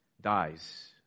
dies